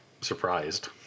surprised